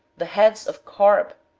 the heads of carp,